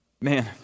Man